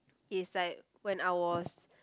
it's like when I was